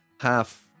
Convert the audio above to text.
half